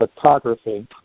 photography